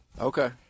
Okay